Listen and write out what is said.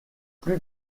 plus